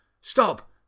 Stop